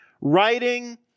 writing